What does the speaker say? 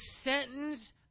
sentence